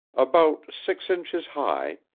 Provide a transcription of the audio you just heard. about six inches high,